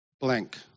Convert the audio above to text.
blank